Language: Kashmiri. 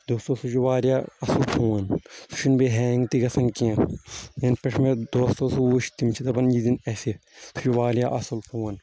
دوستو سُہ چھُ واریاہ اصٕل فون سُہ چھنہٕ بییٚہِ ہیٚنگ تہِ گژھان کینٛہہ ینہٕ پٮ۪ٹھ مےٚ دوستط وٕچھ تِم چھِ دپان یہِ دِن اسہِ یہِ چھُ واریاہ اصٕل فون